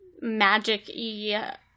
magic-y